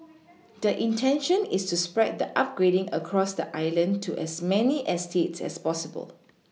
the intention is to spread the upgrading across the island to as many eStates as possible